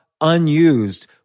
unused